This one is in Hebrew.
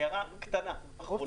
הערה קטנה אחרונה.